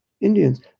Indians